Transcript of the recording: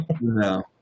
No